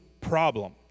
problem